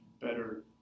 better